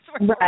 Right